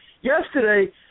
yesterday